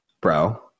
bro